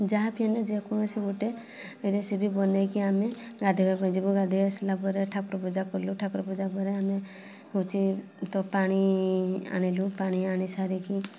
ଯାହା ବି ହେଲେ ଯେ କୌଣସି ଗୋଟେ ରେସିପି ବନେଇକି ଆମେ ଗାଧୋଇବା ପାଇଁ ଯିବୁ ଗାଧୋଇ ଆସିଲା ପରେ ଠାକୁର ପୂଜା କଲୁ ଠାକୁର ପୂଜା ପରେ ଆମେ ହେଉଛି ତ ପାଣି ଆଣିଲୁ ପାଣି ଆଣି ସାରିକି